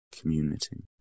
community